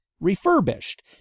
refurbished